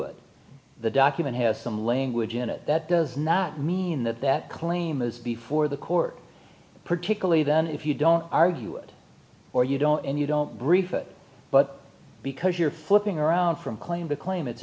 to the document has some language in it that does not mean that that claim is before the court particularly then if you don't argue or you don't and you don't brief it but because you're flipping around from claim to claim it's